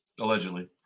allegedly